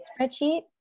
spreadsheet